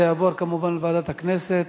זה יעבור כמובן לוועדת הכנסת,